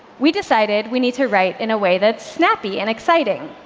we decided we need to write in a way that's snappy and exciting.